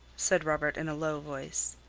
said robert in a low voice.